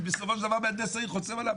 בסופו של דבר מהנדס העיר חותם עליו.